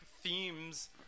themes